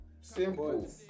Simple